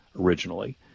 originally